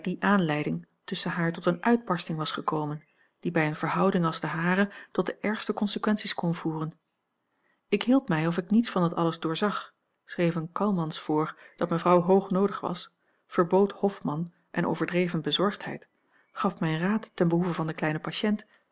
aanleiding tusschen haar tot eene uitbarsting was gekomen die bij eene verhouding als de hare tot de ergste consequenties kon voeren ik hield mij of ik niets van dat alles doorzag schreef een calmans voor dat mevrouw hoog noodig had verbood hofmann en overdreven bezorgdheid gaf mijn raad ten behoeve van de kleine patiënt